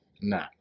No